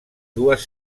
dues